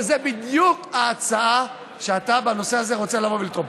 וזו בדיוק ההצעה שאתה בנושא הזה רוצה לבוא ולתרום.